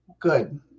Good